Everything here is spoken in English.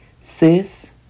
Sis